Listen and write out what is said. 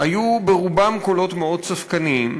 היו ברובם קולות מאוד ספקניים: